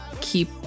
keep